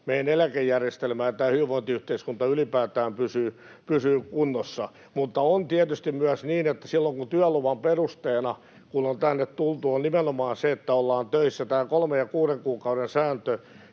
meidän eläkejärjestelmä ja tämä hyvinvointiyhteiskunta ylipäätään pysyy kunnossa. Mutta on tietysti myös niin, että silloin kun työluvan perusteena, kun on tänne tultu, on nimenomaan se, että ollaan töissä — tämä kolmen ja kuuden kuukauden sääntö,